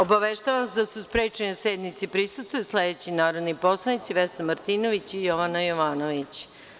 Obaveštavam vas da su sprečeni sednici da prisustvuju sledeći narodni poslanici: Vesna Martinović i Jovana Jovanović.